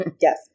Yes